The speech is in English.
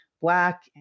black